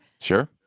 sure